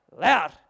Loud